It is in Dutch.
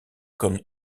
kon